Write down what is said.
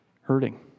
Hurting